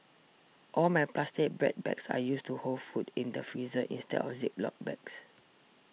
all my plastic bread bags are used to hold food in the freezer instead of Ziploc bags